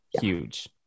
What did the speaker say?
huge